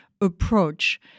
approach